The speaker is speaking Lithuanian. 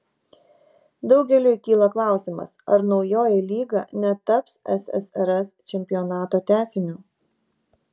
daugeliui kyla klausimas ar naujoji lyga netaps ssrs čempionato tęsiniu